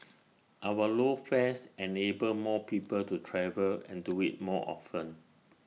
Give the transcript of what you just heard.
our low fares enable more people to travel and do IT more often